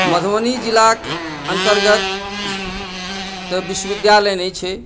मधुबनी जिलाक अंतर्गत तऽ विश्वविद्यालय नहि छै